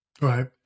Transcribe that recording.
Right